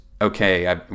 okay